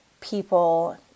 people